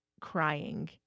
crying